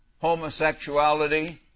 homosexuality